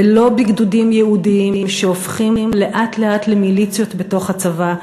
ולא בגדודים ייעודיים שהופכים לאט-לאט למיליציות בתוך הצבא,